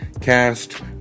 Cast